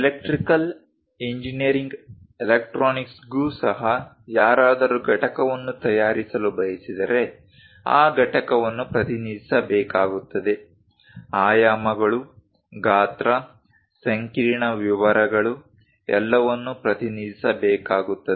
electrical engineering ಎಲೆಕ್ಟ್ರಾನಿಕ್ಸ್ಗೂ ಸಹ ಯಾರಾದರೂ ಘಟಕವನ್ನು ತಯಾರಿಸಲು ಬಯಸಿದರೆ ಆ ಘಟಕವನ್ನು ಪ್ರತಿನಿಧಿಸಬೇಕಾಗುತ್ತದೆ ಆಯಾಮಗಳು ಗಾತ್ರ ಸಂಕೀರ್ಣ ವಿವರಗಳು ಎಲ್ಲವನ್ನೂ ಪ್ರತಿನಿಧಿಸಬೇಕಾಗುತ್ತದೆ